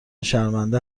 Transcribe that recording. شرمنده